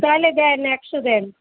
তাহলে দেন একশো দেন